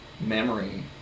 memory